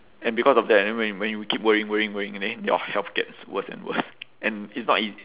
and because of that and then when you when you keep worrying worrying worrying and then your health gets worse and worse and it's not easy